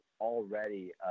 already